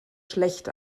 schlecht